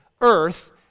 earth